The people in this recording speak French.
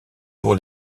pour